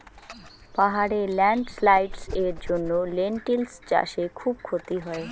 পাহাড়ে ল্যান্ডস্লাইডস্ এর জন্য লেনটিল্স চাষে খুব ক্ষতি হয়